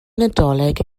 nadolig